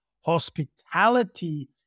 hospitality